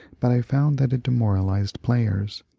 but i found that it demoralized players.